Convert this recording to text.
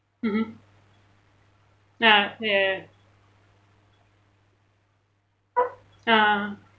mmhmm ah ya ya uh